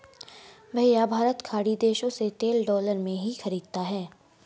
भैया भारत खाड़ी देशों से तेल डॉलर में ही खरीदता है